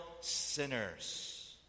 sinners